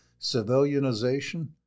civilianization